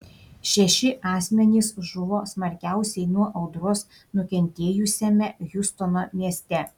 šeši asmenys žuvo smarkiausiai nuo audros nukentėjusiame hjustono mieste